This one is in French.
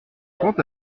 quant